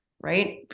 right